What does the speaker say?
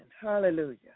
hallelujah